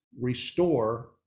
restore